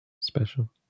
special